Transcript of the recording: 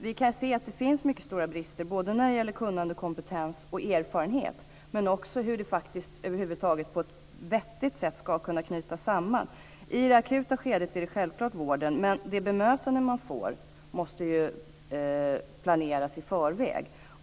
Vi kan se att det finns mycket stora brister när det gäller både kompetens och erfarenhet, men också hur detta på ett vettigt sätt ska kunna knytas samman. I det akuta skedet handlar det självklart om vården, men det bemötande som ges måste ju planeras i förväg.